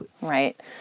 Right